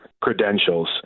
credentials